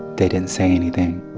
they didn't say anything